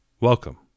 Welcome